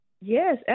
Yes